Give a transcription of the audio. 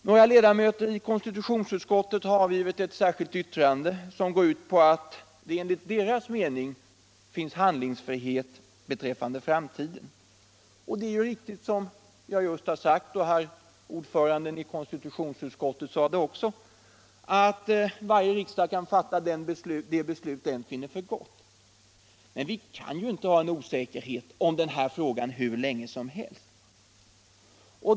Några ledamöter i konstitutionsutskottet har avgivit ett särskilt yttrande som går ut på att det enligt deras mening finns handlingsfrihet beträffande framtiden. Som jag just sade. och som ordföranden i konstitutionsutskottet sade, är det riktigt. Varje riksdag kan fatta de beslut den finner för go. Men vi kan ju inte ha en osäkerhet om den här frågan hur länge som helst.